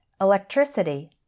Electricity